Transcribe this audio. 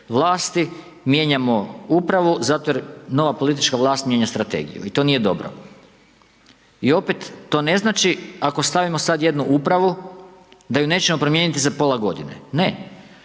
vlasti mijenjamo upravo zato jer nova politička vlast mijenja strategiju i to nije dobro. I opet, to ne znači, ako stavimo sad jednu upravu, da ju nećemo promijeniti za pola godine. Ne,